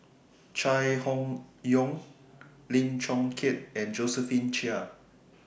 Chai Hon Yoong Lim Chong Keat and Josephine Chia